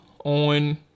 on